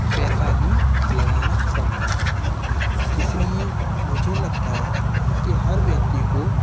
पैसा भी लगाना पड़ता है इसलिए मुझे लगता है के हर व्यक्ति को